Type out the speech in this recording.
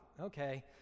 Okay